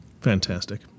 Fantastic